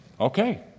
okay